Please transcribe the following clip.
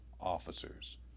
officers